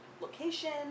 location